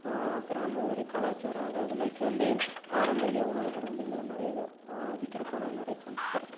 கிராம ஒரு கலாச்சாரம் அதாவது லைக் வந்து பாரம்பரிய உணவுகள் வந்து இங்கே நிறையா விற்கிறக்கான நிறைய சான்ஸஸ் இருக்கு